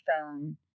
phone